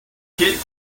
kid